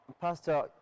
Pastor